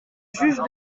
juge